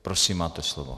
Prosím, máte slovo.